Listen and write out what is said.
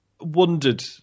wondered